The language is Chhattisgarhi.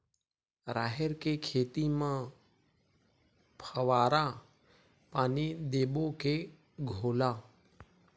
राहेर के खेती म फवारा पानी देबो के घोला?